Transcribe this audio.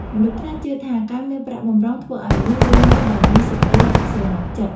មនុស្សខ្លះជឿថា ការមានប្រាក់បម្រុងធ្វើឱ្យមនុស្សរស់នៅដោយមានសេចក្តីស្រណុកចិត្ត។